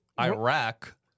Iraq